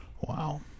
wow